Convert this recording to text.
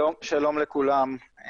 שלום לכולם.